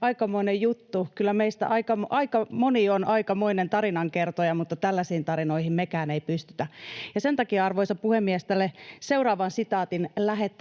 aikamoinen juttu. Kyllä meistä aika moni on aikamoinen tarinankertoja, mutta tällaisiin tarinoihin emme mekään pysty. Sen takia, arvoisa puhemies, tälle seuraavan sitaatin lähettäjälle